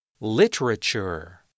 Literature